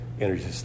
energy